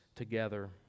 together